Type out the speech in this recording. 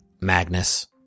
Magnus